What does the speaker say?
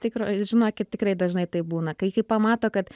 tikro žinokit tikrai dažnai taip būna kai kai pamato kad